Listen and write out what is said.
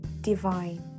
divine